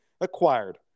acquired